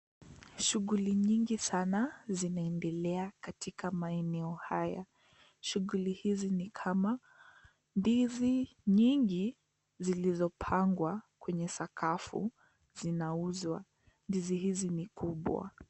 Shughuli nyingi sana, zinaendelea katika maeneo haya. Shughuli hizi ni kama, ndizi nyingi zilizopangwa kwenye sakafu zinauzwa. Ndizi hizi ni kubwa.